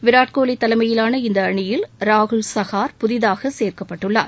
விராட் கோலி தலைமையிலான இந்த அணியில் ராகுல் சஹார் புதிதாக சேர்க்கப்பட்டுள்ளார்